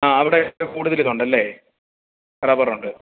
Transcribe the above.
ആ അവിടെ ഇത് കൂടുതൽ ഇതുണ്ട് അല്ലേ റബർ ഉണ്ട്